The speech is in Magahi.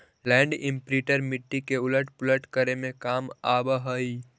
लैण्ड इम्प्रिंटर मिट्टी के उलट पुलट करे में काम आवऽ हई